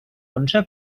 onze